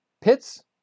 pits